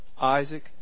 Isaac